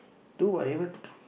do whatever